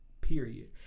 Period